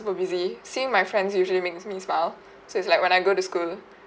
super busy seeing my friends usually makes me smile so it's like when I go to school